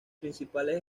principales